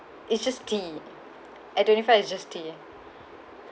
it's just tea at twenty five it's just tea